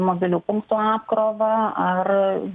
mobilių punktų apkrovą ar